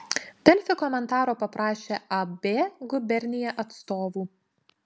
delfi komentaro paprašė ab gubernija atstovų